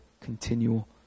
continual